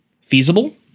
Feasible